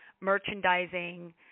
merchandising